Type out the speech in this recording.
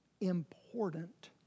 important